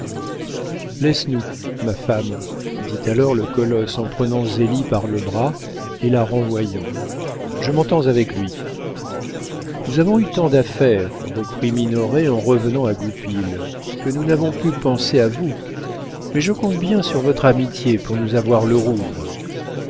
laisse-nous ma femme dit alors le colosse en prenant zélie par le bras et la renvoyant je m'entends avec lui nous avons eu tant d'affaires reprit minoret en revenant à goupil que nous n'avons pu penser à vous mais je compte bien sur votre amitié pour nous avoir le rouvre